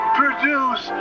produce